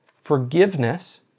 Forgiveness